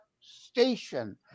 station